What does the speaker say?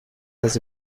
has